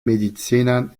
medicinan